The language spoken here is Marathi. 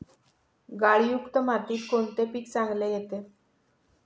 गाळयुक्त मातीत कोणते पीक चांगले येते?